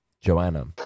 Joanna